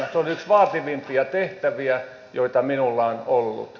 se on yksi vaativimpia tehtäviä joita minulla on ollut